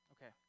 Okay